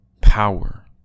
power